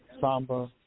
samba